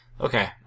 Okay